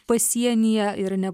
pasienyje ir ne